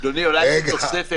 אדוני, אולי תוספת.